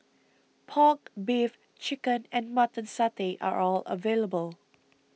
Pork Beef Chicken and Mutton Satay are all available